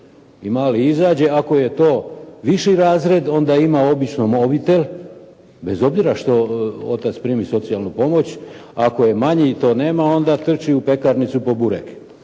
I mali izađe. I ako je to viši razred, onda ima obično mobitel, bez obzira što otac prima socijalnu pomoć, ako je manji to nema, onda trči u pekarnicu po burek.